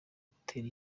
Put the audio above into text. gutera